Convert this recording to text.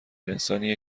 انسانیه